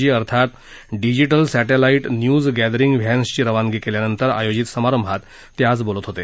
जी अर्थात digital satellite news gathering व्हसिची रवानगी केल्यानंतर आयोजित समारंभात ते बोलत होते